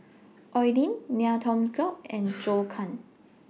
Oi Lin Ngiam Tong Dow and Zhou Can